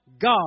God